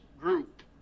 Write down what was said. group